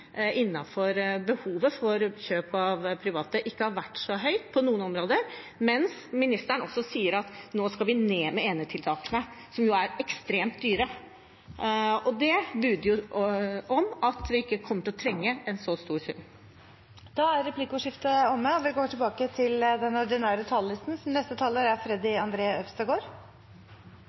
gjelder behovet for kjøp av private tjenester, ikke har vært så høy på noen områder. Ministeren sier også at vi nå skal ned med enetiltakene, som jo er ekstremt dyre. Det bebuder jo at vi ikke kommer til å trenge en så stor sum. Replikkordskiftet er omme. Ulikhetene i makt og rikdom øker, og regjeringens egen stortingsmelding om de økende forskjellene er